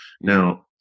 now